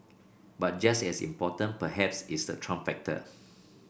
but just as important perhaps is the Trump factor